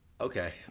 okay